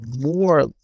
more